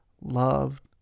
loved